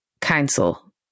council